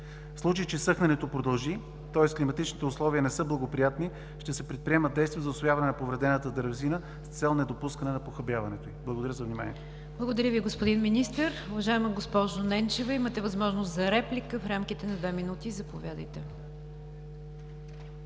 В случай че съхненето продължи, тоест климатичните условия не са благоприятни, ще се предприемат действия за усвояване на повредената дървесина с цел недопускане на похабяването й. Благодаря за вниманието. ПРЕДСЕДАТЕЛ НИГЯР ДЖАФЕР: Благодаря Ви, господин Министър. Уважаема госпожо Ненчева, имате възможност за реплика в рамките на две минути. ВЕСКА